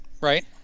Right